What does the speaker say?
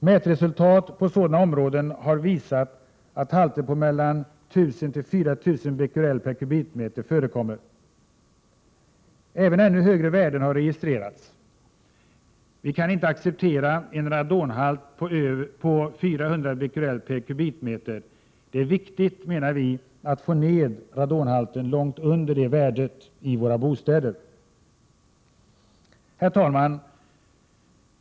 Mätresultat från sådana områden har visat att halter på mellan 1 000 och 4 000 Bq m?. Vi menar att det är viktigt att få ned radonhalten i våra bostäder långt under det värdet. Herr talman!